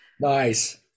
Nice